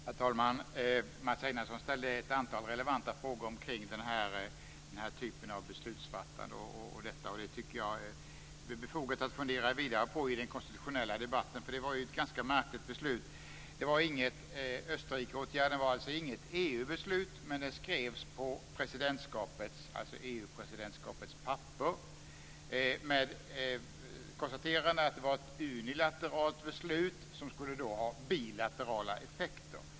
Herr talman! Mats Einarsson ställde ett antal relevanta frågor kring den här typen av beslutsfattande. Jag tycker att det är befogat att fundera vidare på det här i den konstitutionella debatten, eftersom det var ett ganska märkligt beslut. Det var alltså inget EU-beslut om Österrikeåtgärden, men det skrevs på EU-presidentskapets papper. Det konstaterades att det var ett unilateralt beslut som skulle ha bilaterala effekter.